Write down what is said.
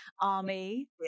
army